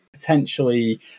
Potentially